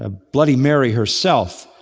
ah bloody mary herself